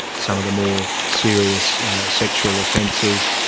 some of the more serious sexual offences,